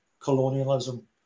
colonialism